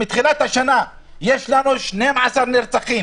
מתחילת השנה יש לנו 12 נרצחים.